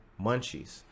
Munchies